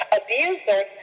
abuser